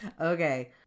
Okay